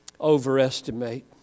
overestimate